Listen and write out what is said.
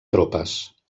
tropes